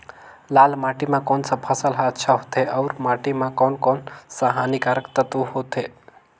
लाल माटी मां कोन सा फसल ह अच्छा होथे अउर माटी म कोन कोन स हानिकारक तत्व होथे?